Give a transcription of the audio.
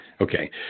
Okay